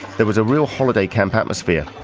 there was a real holiday camp atmosphere.